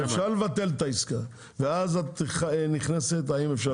לבטל את העסקה ואז צריך לראות האם אפשר